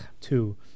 Two